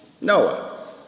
Noah